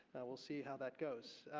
will see how that goes.